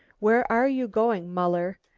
where are you going, muller?